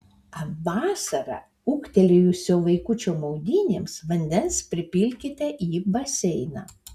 vasarą ūgtelėjusio vaikučio maudynėms vandens pripilkite į baseiną